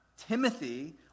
timothy